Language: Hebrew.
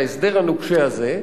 ההסדר הנוקשה הזה,